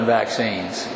vaccines